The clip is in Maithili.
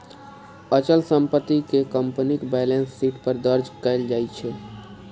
अचल संपत्ति कें कंपनीक बैलेंस शीट पर दर्ज कैल जाइ छै